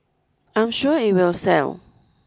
I'm sure it will sell